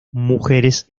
mujeres